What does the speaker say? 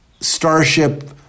Starship